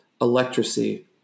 Electricity